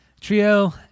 Trio